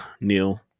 Neil